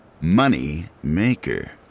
Moneymaker